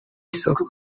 isoko